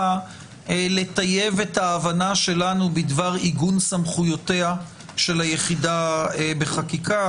לטייב את ההבנה שלנו בדבר עיגון סמכויותיה של היחידה בחקיקה.